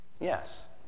Yes